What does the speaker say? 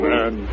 Man